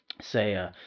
say